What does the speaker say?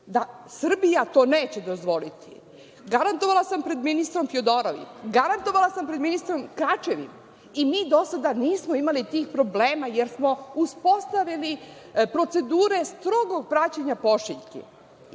da Srbija to neće dozvoliti. Garantovala sam pred ministrom Fjodorovim, garantovala sam pred ministrom Kračevim i mi do sada nismo imali tih problema, jer smo uspostavili procedure strogo praćene pošiljki. Znači,